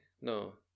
No